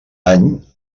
any